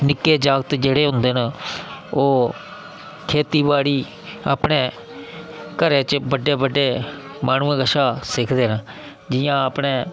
निक्के जागत जेह्ड़े होंदे न ओह् खेती बाड़ी अपने घरै च बड्डे बड्डे माहनुएं कशा सिक्खदे न जि'यां अपने